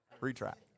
Retract